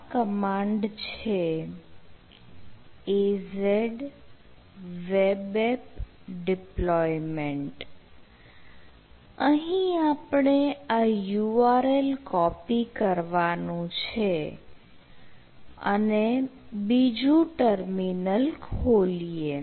આ કમાન્ડ છે az webapp deployment અહીં આપણે આ URL કોપી કરવાનું છે અને બીજું ટર્મિનલ ખોલીએ